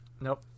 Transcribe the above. Nope